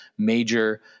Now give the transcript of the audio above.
major